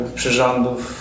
przyrządów